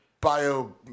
bio